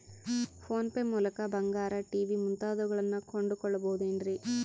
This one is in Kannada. ಫೋನ್ ಪೇ ಮೂಲಕ ಬಂಗಾರ, ಟಿ.ವಿ ಮುಂತಾದವುಗಳನ್ನ ಕೊಂಡು ಕೊಳ್ಳಬಹುದೇನ್ರಿ?